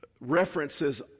references